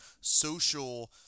social